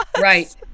right